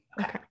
Okay